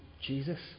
Jesus